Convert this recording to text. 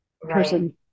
person